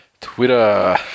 Twitter